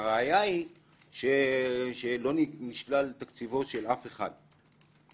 והראיה היא שלא נשלל תקציבו של אף אחד.